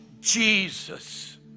Jesus